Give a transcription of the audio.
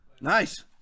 nice